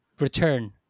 Return